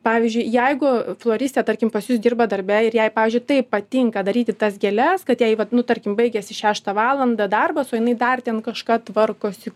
pavyzdžiui jeigu floristė tarkim pas jus dirba darbe ir jai pavyzdžiui tai patinka daryti tas gėles kad jai vat nu tarkim baigėsi šeštą valandą darbas o jinai dar ten kažką tvarkosi